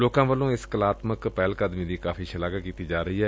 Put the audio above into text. ਲੋਕਾ ਵੱਲੋ ਇਸ ਕਲਾਤਮਕ ਪਹਿਲ ਕਦਮੀ ਦੀ ਕਾਫ਼ੀ ਸ਼ਲਾਘਾ ਕੀਤੀ ਜਾ ਰਹੀ ਏ